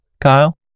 Kyle